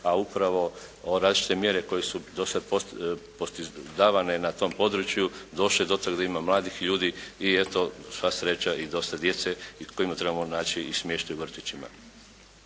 a upravo različite mjere koje su do sad davane na tom području došlo je do toga da ima mladih ljudi i eto sva sreća i dosta djece kojima trebamo naći i smještaj u vrtićima.